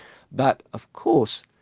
but of course,